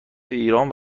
ایران